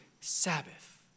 Sabbath